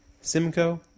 Simcoe